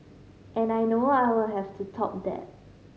and I know I will have to top that